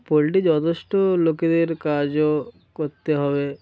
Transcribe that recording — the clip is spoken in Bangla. পোলট্রি যথেষ্ট লোকেদের কাজও করতে হবে